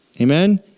Amen